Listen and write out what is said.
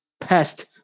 pest